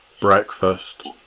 Breakfast